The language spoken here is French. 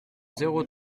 zéro